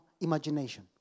imagination